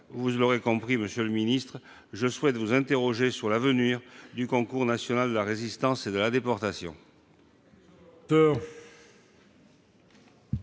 vous l'aurez compris, monsieur le ministre, je souhaite vous interroger sur l'avenir du concours national de la Résistance et de la Déportation.